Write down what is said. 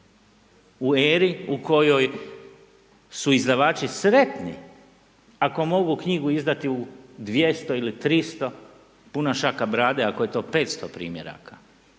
U eri u kojoj su izdavači sretni ako mogu knjigu izdati u 200 ili 300, puna šaka brade ako je to 500 primjeraka,